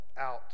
out